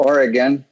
Oregon